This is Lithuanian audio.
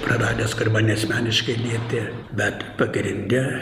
praradęs kur mane asmeniškai lietė bet pagrinde